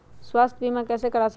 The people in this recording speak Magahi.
स्वाथ्य बीमा कैसे करा सकीले है?